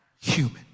human